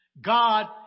God